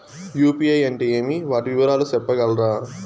UPI అంటే ఏమి? వాటి వివరాలు సెప్పగలరా?